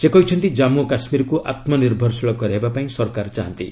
ସେ କହିଛନ୍ତି ଜାମ୍ମୁ ଓ କାଶ୍ମୀରକୁ ଆତ୍ମନିର୍ଭରଶୀଳ କରାଇବା ପାଇଁ ସରକାର ଚାହାନ୍ତି